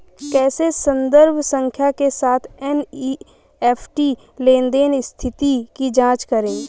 कैसे संदर्भ संख्या के साथ एन.ई.एफ.टी लेनदेन स्थिति की जांच करें?